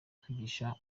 kwigisha